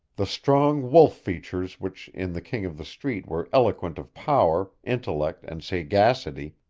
the strong wolf-features which in the king of the street were eloquent of power, intellect and sagacity,